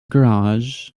garage